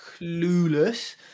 clueless